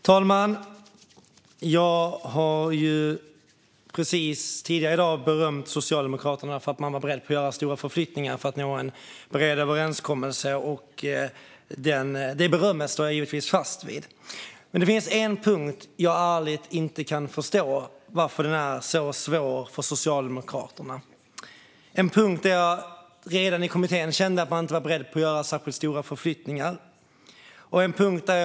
Fru talman! Jag har tidigare i dag berömt Socialdemokraterna för att de var beredda att göra stora förflyttningar för att nå en bred överenskommelse. Det berömmet står jag givetvis fast vid. Det finns dock en punkt som är svår för Socialdemokraterna, vilket jag ärligt talat inte kan förstå. Jag kände redan i kommittén att man inte var beredd att göra särskilt stora förflyttningar när det gällde den.